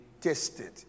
tested